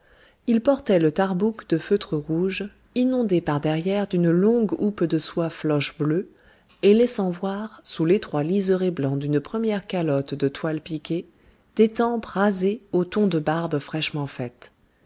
il portait le tarbouch de feutre rouge inondé par-derrière d'une longue houppe de soie floche bleue et laissant voir sous l'étroit liséré blanc d'une première calotte de toile piquée des tempes rasées aux tons de barbe fraîchement faite